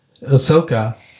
Ahsoka